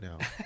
now